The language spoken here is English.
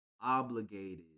obligated